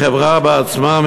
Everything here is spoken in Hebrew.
החברה בעצמה,